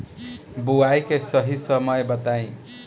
बुआई के सही समय बताई?